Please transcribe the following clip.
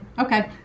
Okay